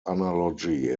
analogy